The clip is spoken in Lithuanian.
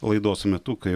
laidos metu kai